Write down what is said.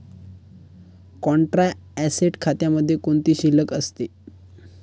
Contra asset खात्यामध्ये कोणती शिल्लक असते?